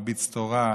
מרביץ תורה,